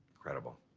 credible.